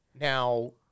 Now